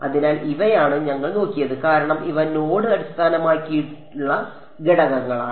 അതിനാൽ ഇവയാണ് ഞങ്ങൾ നോക്കിയത് കാരണം ഇവ നോഡ് അടിസ്ഥാനമാക്കിയുള്ള ഘടകങ്ങളാണ്